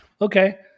Okay